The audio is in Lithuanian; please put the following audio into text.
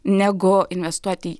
negu investuoti